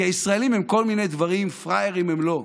כי הישראלים הם כל מיני דברים, פראיירים הם לא.